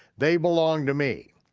they belong to me,